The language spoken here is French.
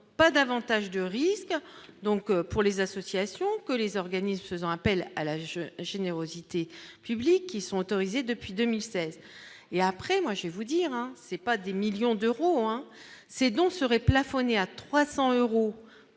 pas davantage de risques, donc pour les associations, que les organismes faisant appel à l'âge générosité publique qui sont autorisées depuis 2016 et après moi je vais vous dire hein, c'est pas des millions d'euros, hein, ces dons serait plafonné à 300 euros